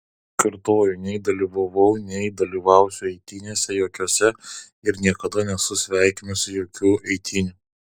kartoju nei dalyvavau nei dalyvausiu eitynėse jokiose ir niekada nesu sveikinusi jokių eitynių